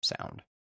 sound